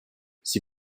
sie